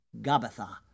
gabatha